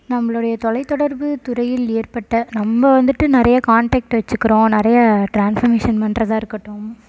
நம்மளோடைய தொலைத்தொடர்புத் துறையில் ஏற்பட்ட நம்ம வந்துட்டு நிறைய காண்டெக்ட் வச்சிக்கிறோம் நிறைய ட்ரான்ஸ்ஃபர்மேஷன் பண்ணுறதா இருக்கட்டும்